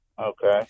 Okay